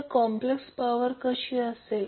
तर complex power अशी असेल